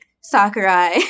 sakurai